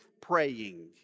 praying